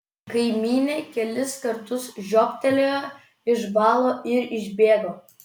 kaimynė kelis kartus žiobtelėjo išbalo ir išbėgo